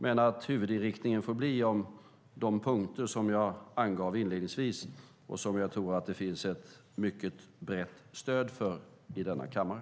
Men huvudinriktningen får bli de punkter som jag angav inledningsvis och som jag tror att det finns ett mycket brett stöd för i denna kammare.